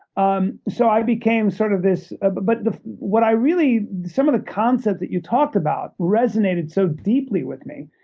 um so i became sort of this ah but but what i really some of the concepts that you talked about resonated so deeply with me,